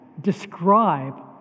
describe